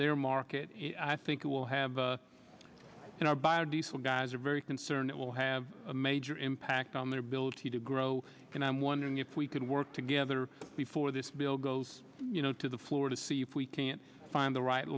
their market i think we will have in our biodiesel guys are very concerned it will have a major impact on their ability to grow and i'm wondering if we can work together before this bill goes you know to the floor to see if we can't find the right